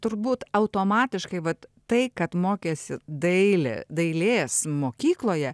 turbūt automatiškai vat tai kad mokėsi dailė dailės mokykloje